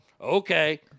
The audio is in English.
okay